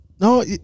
no